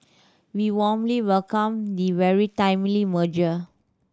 we warmly welcome the very timely merger